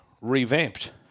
revamped